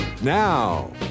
Now